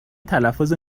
تلفظ